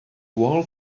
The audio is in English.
wall